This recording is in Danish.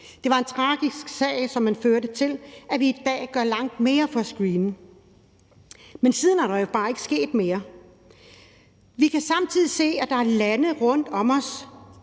Det var en tragisk sag, som førte til, at vi i dag gør langt mere for at screene, men siden er der jo bare ikke sket mere. Vi kan samtidig se, at mange af de lande rundt om os,